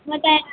म त यहाँ